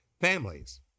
families